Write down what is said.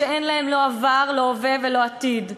שאין להם לא עבר, לא הווה ולא עתיד.